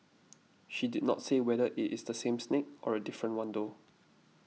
she did not say whether it is the same snake or a different one though